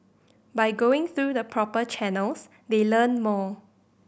by going through the proper channels they learn more